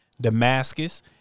Damascus